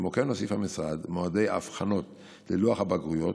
כמו כן הוסיף המשרד מועדי היבחנות ללוח הבגרויות.